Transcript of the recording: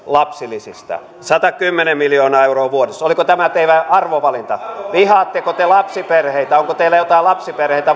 lapsilisistä satakymmentä miljoonaa euroa vuodessa oliko tämä teidän arvovalintanne vihaatteko te lapsiperheitä onko teillä jotain lapsiperheitä